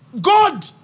God